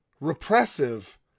repressive